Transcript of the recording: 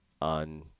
on